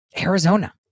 Arizona